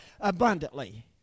abundantly